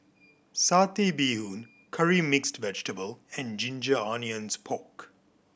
Satay Bee Hoon Curry Mixed Vegetable and ginger onions pork